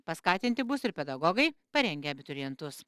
paskatinti bus ir pedagogai parengę abiturientus